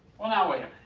now wait a